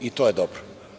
I to je dobro.